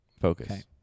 Focus